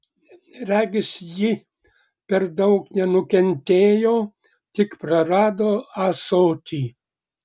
regis ji per daug nenukentėjo tik prarado ąsotį